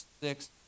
six